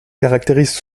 caractérisent